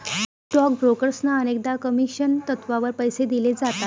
stock ब्रोकर्सना अनेकदा commission तत्त्वावर पैसे दिले जातात